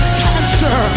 cancer